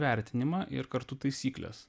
vertinimą ir kartu taisykles